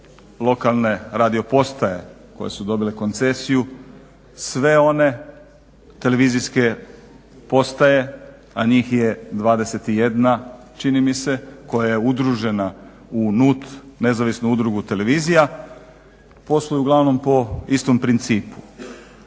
lokalne radiopostaje koje su dobile koncesiju, sve one televizijske postaje a njih je 21 čini mi se koja je udružena u NUT- nezavisnu udrugu televizija. Posluju uglavnom po istom principu.